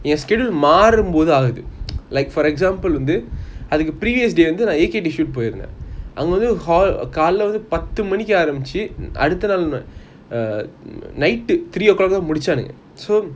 ஏன்:yean schedule மாறும் போது ஆவுது:maarum bothu aavuthu like for example வந்து அதுக்கு:vanthu athuku previous day வந்து:vanthu shoot uh பொய் இருந்தான் அங்க வந்து கால வந்து பாத்து மணிகி ஆரம்பிச்சி அடுத்தநாள:poi irunthan anga vanthu kaala vanthu pathu maniki aarambichi aduthanaala night three o'clock தான் முடிச்சானுங்க:thaan mudichanunga